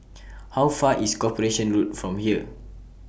How Far IS Corporation Road from here